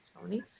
Tony